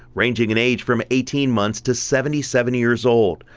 ranging in age from eighteen months to seventy seven years old.